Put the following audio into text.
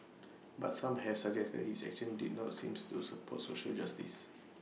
but some have suggested his actions did not seem to support social justice